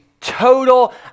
total